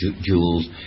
jewels